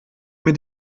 mir